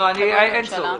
אין צורך.